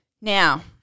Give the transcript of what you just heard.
Now